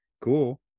Cool